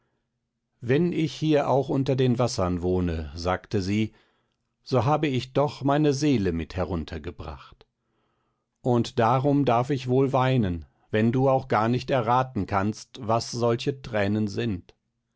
wenn ich hier auch unter den wassern wohne sagte sie so hab ich doch meine seele mit heruntergebracht und darum darf ich wohl weinen wenn du auch gar nicht erraten kannst was solche tränen sind